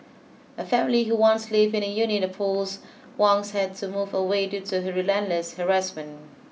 a family who once lived in a unit opposite Wang's had to move away due to her relentless harassment